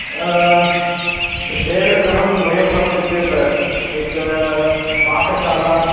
शयनगृहं द्वयम् अस्ति चेत् एका पाकशाला